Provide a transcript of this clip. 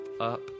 up